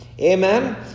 Amen